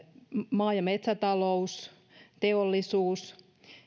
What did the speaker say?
maa ja metsätalous teollisuus